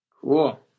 Cool